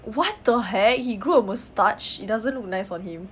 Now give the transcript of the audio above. what the heck he grew a moustache it doesn't look nice on him